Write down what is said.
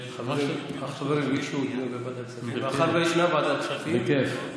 מאחר שישנה ועדת כספים, בכיף.